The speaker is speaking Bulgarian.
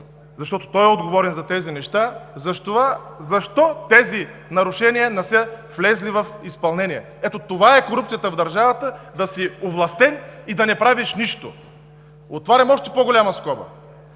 защото той е отговорен за тези неща: защо тези нарушения не са влезли в изпълнение? Ето, това е корупцията в държавата – да си овластен и да не правиш нищо. Отварям още по-голяма скоба.